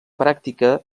pràctica